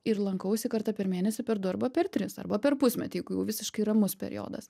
ir lankausi kartą per mėnesį per du arba per tris arba per pusmetį jeigu jau visiškai ramus periodas